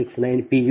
1 j4